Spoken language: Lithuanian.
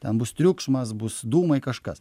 ten bus triukšmas bus dūmai kažkas